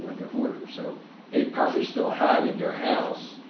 and they're hoarders. so they probably still have, in their house,